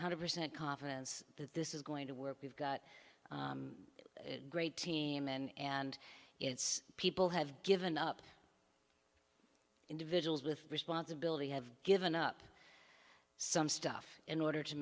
one hundred percent confidence that this is going to work we've got a great team and it's people have given up individuals with responsibility have given up some stuff in order to